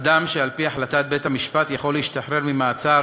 אדם שעל-פי החלטת בית-המשפט השתחרר ממעצר